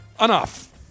Enough